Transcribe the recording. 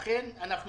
לכן אנחנו פה.